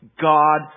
God